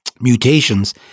mutations